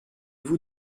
vous